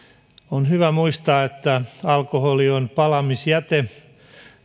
on hyvä muistaa että alkoholi on palamisjäte